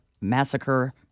massacre